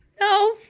no